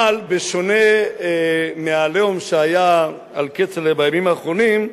אבל בשונה מה"עליהום" שהיה על כצל'ה בימים האחרונים,